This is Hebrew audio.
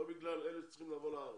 לא בגלל אלה שצריכים לבוא לארץ.